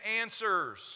answers